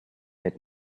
had